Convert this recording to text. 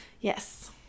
Yes